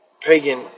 pagan